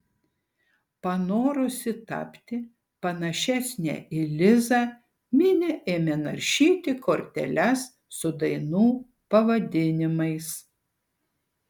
panorusi tapti panašesnė į lizą minė ėmė naršyti korteles su dainų pavadinimais